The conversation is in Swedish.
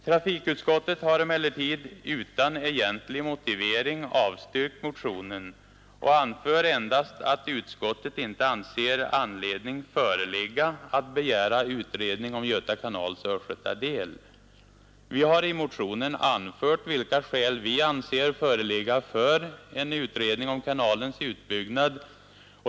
Trafikutskottet har emellertid utan egentlig motivering avstyrkt motionen och anför endast att utskottet inte anser anledning föreligga att begära utredning om Göta kanals östgötadel. Vi har i motionen anfört vilka skäl vi anser föreligga för en utredning om kanalens utbyggnad.